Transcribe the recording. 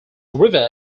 river